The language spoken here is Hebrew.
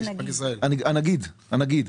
הנגיד, הנגיד.